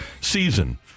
season